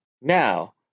now